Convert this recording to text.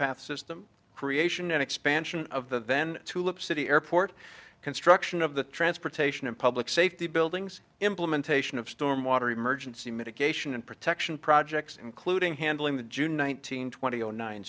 path system creation and expansion of the then tulip city airport construction of the transportation and public safety buildings implementation of storm water emergency mitigation and protection projects including handling the june one nine hundred twenty